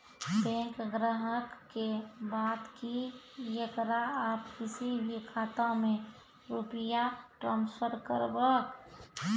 Bank ग्राहक के बात की येकरा आप किसी भी खाता मे रुपिया ट्रांसफर करबऽ?